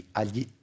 agli